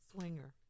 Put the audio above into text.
Swinger